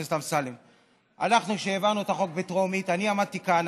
חבר הכנסת אמסלם: כשהעברנו את החוק בטרומית אני עמדתי כאן,